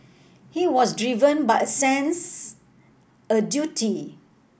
he was driven by a sense a duty